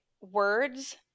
words